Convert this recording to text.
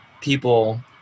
people